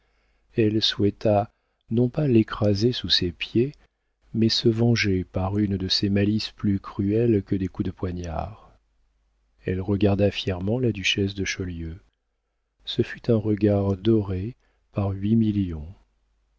elle souhaita non pas l'écraser sous ses pieds mais se venger par une de ces malices plus cruelles que des coups de poignard elle regarda fièrement la duchesse de chaulieu ce fut un regard doré par huit millions